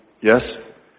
yes